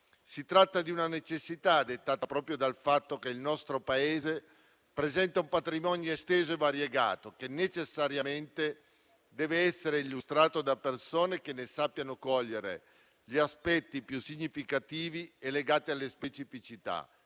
si tratta di una necessità dettata dal fatto che il nostro Paese presenta un patrimonio esteso e variegato, che necessariamente deve essere illustrato da persone che ne sappiano cogliere gli aspetti più significativi e legati alle specificità,